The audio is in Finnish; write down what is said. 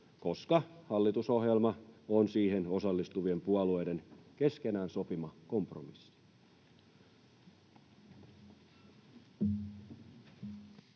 koska hallitusohjelma on siihen osallistuvien puolueiden keskenään sopima kompromissi.